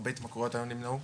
הרבה התמכרויות היו נמנעות.